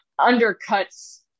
undercuts